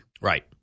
Right